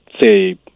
say